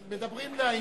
מדברים לעניין,